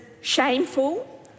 shameful